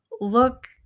look